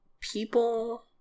people